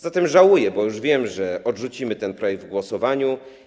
Zatem żałuję, bo już wiem, że odrzucimy ten projekt w głosowaniu.